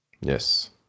yes